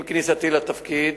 עם כניסתי לתפקיד,